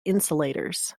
insulators